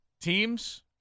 teams